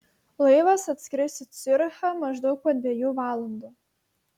laivas atskris į ciurichą maždaug po dviejų valandų